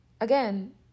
again